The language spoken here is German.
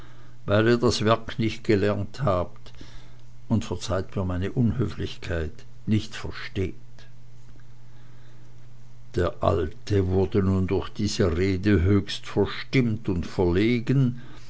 weil ihr das werk nicht gelernt habt und verzeiht mir meine unhöflichkeit nicht versteht der alte wurde durch diese rede höchst verstimmt und verlegen